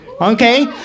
okay